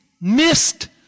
missed